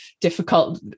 difficult